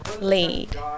Lead